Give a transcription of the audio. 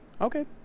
Okay